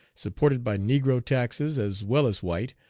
supported by negro taxes, as well as white,